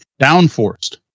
downforced